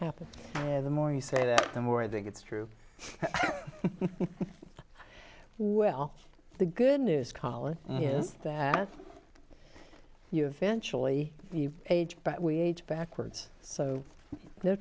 happen and the more you say that the more i think it's true well the good news college is that you eventually age but we age backwards so